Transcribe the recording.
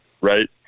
right